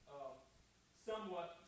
Somewhat